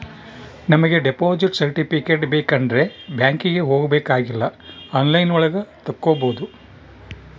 ನಮಿಗೆ deposit certificate ಬೇಕಂಡ್ರೆ ಬ್ಯಾಂಕ್ಗೆ ಹೋಬಾಕಾಗಿಲ್ಲ ಆನ್ಲೈನ್ ಒಳಗ ತಕ್ಕೊಬೋದು